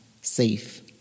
safe